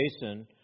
Jason